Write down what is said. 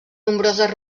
nombroses